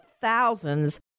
thousands